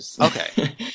Okay